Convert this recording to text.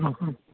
ഹും ഹും